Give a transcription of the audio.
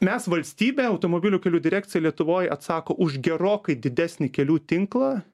mes valstybė automobilių kelių direkcija lietuvoj atsako už gerokai didesnį kelių tinklą